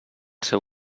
seu